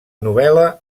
novel·la